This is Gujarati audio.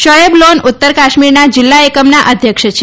શોએબ લોન ઉત્તર કાશ્મીરના જિલ્લાએ કમના અધ્યક્ષ છે